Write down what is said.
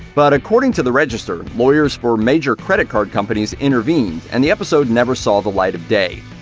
but according to the register, lawyers for major credit card companies intervened, and the episode never saw the light of day.